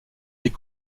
des